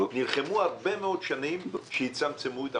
נלחמו הרבה מאוד שנים כדי לצמצם את החופשות.